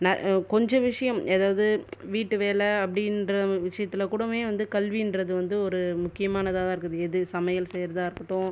ந கொஞ்ச விஷயம் ஏதாவது வீட்டு வேலை அப்படின்ற விஷயத்துல கூடவமே வந்து கல்வின்றது வந்து ஒரு முக்கியமானதாக தான் இருக்குது எது சமையல் செய்கிறதாருக்கட்டும்